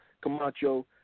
Camacho